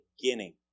beginning